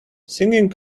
singing